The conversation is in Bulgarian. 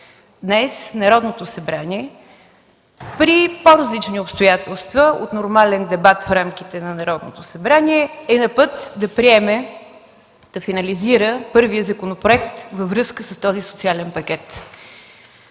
Днес Народното събрание при по-различни обстоятелства от нормален дебат в рамките на Народното събрание, е на път да приеме, да финализира първия законопроект във връзка с този социален пакет.